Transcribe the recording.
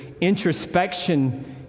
introspection